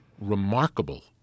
remarkable